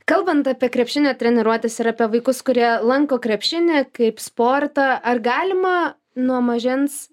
kalbant apie krepšinio treniruotes ir apie vaikus kurie lanko krepšinį kaip sportą ar galima nuo mažens